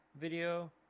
video